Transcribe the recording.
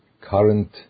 current